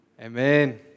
amen